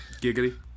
Giggity